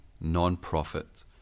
non-profit